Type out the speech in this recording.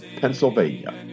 Pennsylvania